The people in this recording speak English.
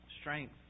strength